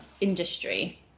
industry